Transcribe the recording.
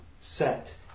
set